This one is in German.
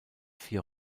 vier